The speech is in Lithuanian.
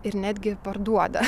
ir netgi parduoda